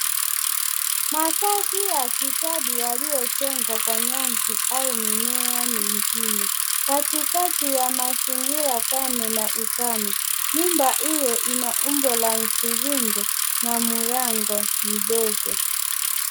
Makazi ya kijadi yaliyojengwa kwa nyasi au mimea ingine, katikati ya mazingira kame na ukame. Nyumba hiyo ina umbo la mviringo na mlango mdogo.